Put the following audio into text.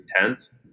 intense